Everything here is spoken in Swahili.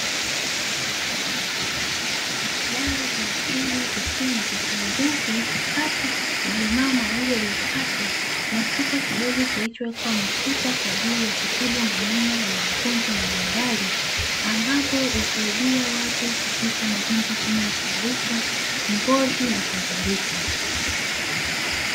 Dawa za asili ikiwa ni kitunguu kilichokatwa, malimao mawili yalio katwa, na chupa kidogo kilichowekwa mafuta kwaajili ya kutibu aina ya magonjwa mbalimbali, ambapo husaidia watu katika magonjwa kama ya kuharisha, ngozi na kadhalika.